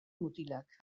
mutilak